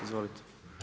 Izvolite.